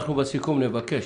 אנחנו בסיכום נבקש